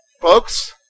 Folks